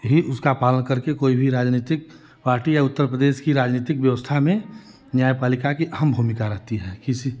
ही उसका पालन करके कोई भी राजनीतिक पार्टी या उत्तरप्रदेश की राजनीतिक व्यवस्था में न्याय पालिका की अहम भूमिका रहती है किसी